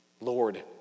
Lord